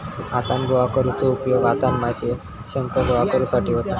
हातान गोळा करुचो उपयोग हातान माशे, शंख गोळा करुसाठी होता